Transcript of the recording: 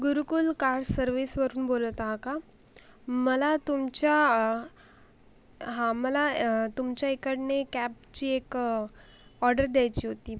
गुरुकुल car सर्व्हिसवरून बोलत आहा का मला तुमच्या हा मला तुमच्या इकडनं कॅबची एक ऑर्डर द्यायची होती